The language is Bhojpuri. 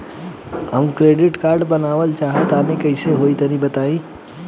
हम क्रेडिट कार्ड बनवावल चाह तनि कइसे होई तनि बताई?